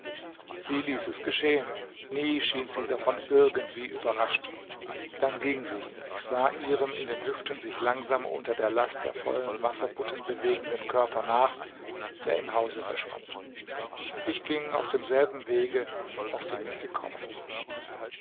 sie ließ es geschehen nie schien sie davon irgendwie überrascht dann ging sie ich sah ihrem in den hüften sich langsam unter der last der vollen wasserbutten bewegenden körper nach der im hause verschwand ich ging auf demselben wege auf dem ich gekommen war